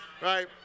right